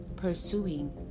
pursuing